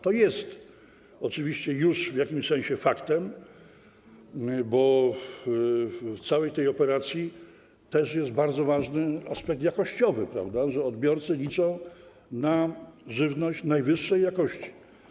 To jest oczywiście już w jakimś sensie faktem, bo w całej tej operacji też jest bardzo ważny aspekt jakościowy, że odbiorcy liczą na żywność najwyższej jakości.